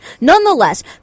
Nonetheless